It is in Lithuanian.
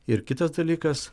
ir kitas dalykas